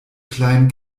kleinen